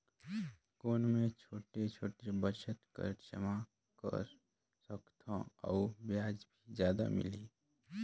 कौन मै छोटे छोटे बचत कर जमा कर सकथव अउ ब्याज भी जादा मिले?